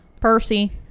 Percy